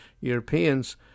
Europeans